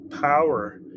power